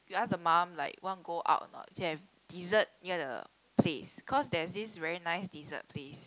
we ask the mum like want go out or not to have dessert near the place cause there's this very nice dessert place